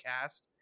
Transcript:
cast